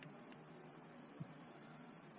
आई डाय न्यूक्लियोटाइडका नंबर होगा